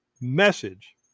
message